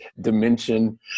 dimension